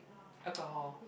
alcohol